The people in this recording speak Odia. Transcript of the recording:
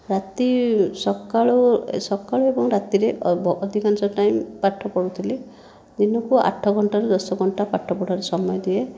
ରାତି ସକାଳୁ ସକାଳୁ ଏବଂ ରାତିରେ ଅଧିକାଂଶ ଟାଇମ୍ ପାଠ ପଢ଼ୁଥିଲି ଦିନକୁ ଆଠ ଘଣ୍ଟାରୁ ଦଶ ଘଣ୍ଟା ପାଠପଢ଼ାରେ ସମୟ ଦିଏ